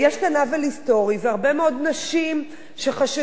והרבה מאוד נשים שחששו למקום עבודתן,